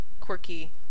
quirky